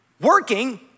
working